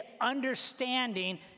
understanding